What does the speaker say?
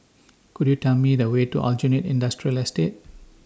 Could YOU Tell Me The Way to Aljunied Industrial Estate